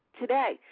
today